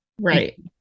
Right